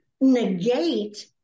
negate